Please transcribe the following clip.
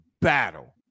battle